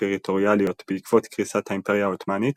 טריטוריאליות בעקבות קריסת האימפריה העות'מאנית